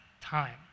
time